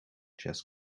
chess